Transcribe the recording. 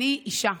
אני אישה,